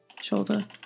shoulder